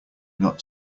not